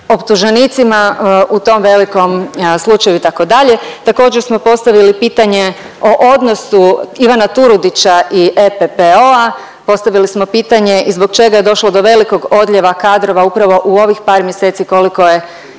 optuženicima u tom velikom slučaju itd.. Također smo postavili pitanje o odnosu Ivana Turudića i EPPO-a, postavili smo pitanje i zbog čega je došlo do velikog odljeva kadrova upravo u ovih par mjeseci koliko je